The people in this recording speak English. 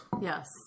Yes